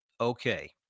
Okay